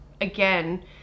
again